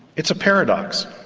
it's a paradox.